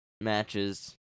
matches